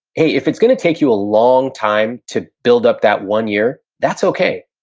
hey, if it's gonna take you a long time to build up that one year, that's okay.